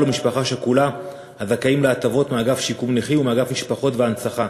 ומשפחה שכולה הזכאים להטבות מאגף שיקום נכים ומאגף משפחות והנצחה.